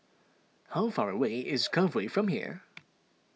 how far away is Cove Way from here